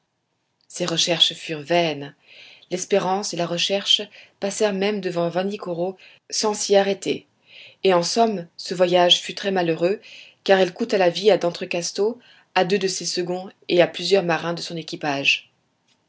ses recherches furent vaines l'espérance et la recherche passèrent même devant vanikoro sans s'y arrêter et en somme ce voyage fut très malheureux car il coûta la vie à d'entrecasteaux à deux de ses seconds et à plusieurs marins de son équipage